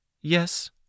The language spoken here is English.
Yes